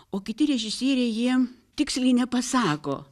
o kiti režisieriai jie tiksliai nepasako